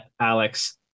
Alex